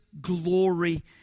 glory